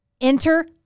Enter